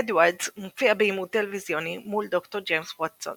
אדוארדס מופיע בעימות טלוויזיוני מול דר ג'יימס ווטסון